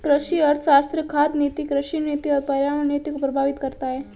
कृषि अर्थशास्त्र खाद्य नीति, कृषि नीति और पर्यावरण नीति को प्रभावित करता है